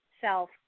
self